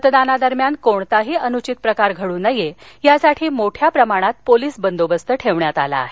मतदानादरम्यान कोणताही अनुचित प्रकार घड् नये यासाठी मोठ्या प्रमाणात पोलीस बंदोबस्त ठेवण्यात आला आहे